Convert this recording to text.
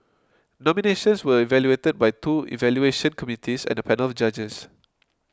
nominations were evaluated by two evaluation committees and a panel of judges